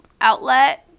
outlet